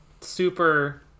super